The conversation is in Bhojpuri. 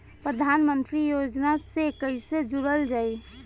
प्रधानमंत्री योजना से कैसे जुड़ल जाइ?